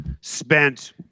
Spent